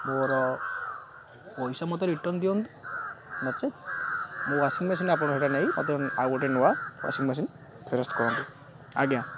ମୋର ପଇସା ମୋତେ ରିଟର୍ଣ୍ଣ ଦିଅନ୍ତୁ ନଚେତ୍ ମୋ ୱାସିଂ ମେସିନ୍ ଆପଣ ସେଟା ନେଇ ଆଉ ଗୋଟେ ନୂଆ ୱାସିଂ ମେସିନ୍ ଫେରସ୍ତ କରନ୍ତୁ ଆଜ୍ଞା